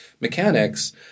mechanics